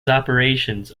operations